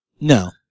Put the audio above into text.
No